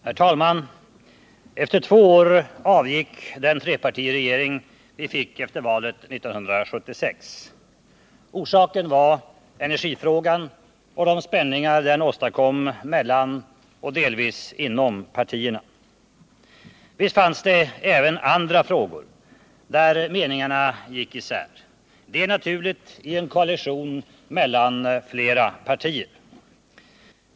Herr talman! Efter två år i regeringsställning avgick den trepartiregering vi fick efter valet 1976. Orsaken var energifrågan och de spänningar den åstadkom mellan och delvis inom partierna. Visst fanns det även andra frågor där meningarna gick isär. Det är naturligt i en koalition mellan flera partier.